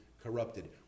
corrupted